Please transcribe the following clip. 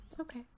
Okay